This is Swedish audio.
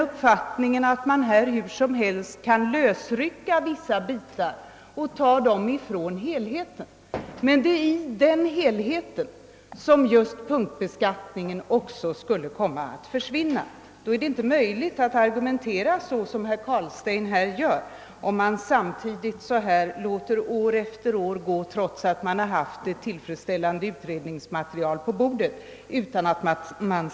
Vi menar att man inte hur som helst kan lösrycka vissa delar från helheten, men det är i denna helhet som punktbeskattningen skulle komma att försvinna. Och då kan man inte argumentera så som herr Carlstein gjorde, när man låter år efter år gå utan att lösa problemen, trots att man har haft ett tillfredsställande utredningsmaterial på bordet.